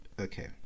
okay